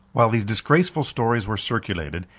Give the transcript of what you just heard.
while these disgraceful stories were circulated,